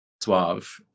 Suave